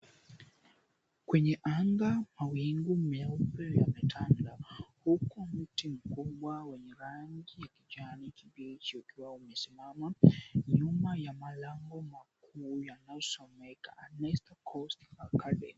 Kwenye anga, mawingu meupe yametanda. Huku mti mkubwa wenye rangi ya kijani kibichi ukiwa umesimama nyuma ya malango makubwa yanayosomeka, Anestar Coast Academy.